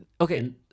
okay